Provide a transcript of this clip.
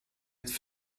être